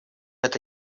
это